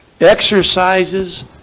Exercises